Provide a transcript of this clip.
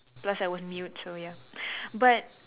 plus I was mute so ya but